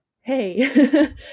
hey